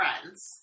friends